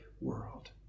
world